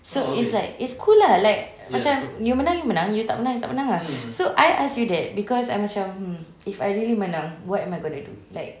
so it's like it's cool lah macam you menang you menang you tak menang you tak menang ah so I ask you that because I macam if I really menang what am I going to do like